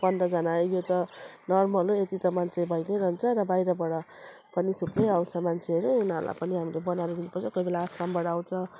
पन्ध्रजना यो त नोर्मल हो यति त मान्छे भई नै रहन्छ र बाहिरबाट पनि थुप्रै आउँछ मान्छेहरू उनीहरूलाई पनि हामी बनाएर दिनुपर्छ कोही बेला आसामबाट आउँछ